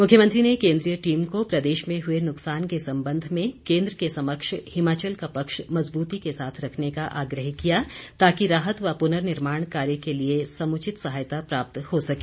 मुख्यमंत्री ने केंद्रीय टीम को प्रदेश में हुए नुकसान के संबंध में केंद्र के समक्ष हिमाचल का पक्ष मजबूती के साथ रखने का आग्रह किया ताकि राहत व पुर्ननिर्माण कार्य के लिए समूचित सहायता प्राप्त हो सके